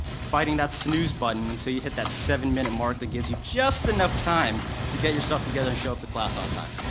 fighting that snooze button until you hit that seven minute mark that gives you just enough time to get yourself together and show up to class on time.